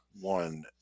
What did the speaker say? one